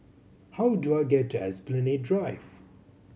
how do I get to Esplanade Drive